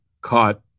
caught